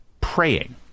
praying